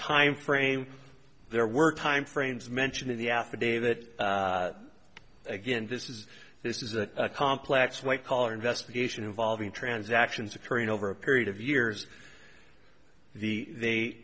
timeframe there were time frames mentioned in the affidavit again this is this is a complex white collar investigation involving transactions occurring over a period of years the they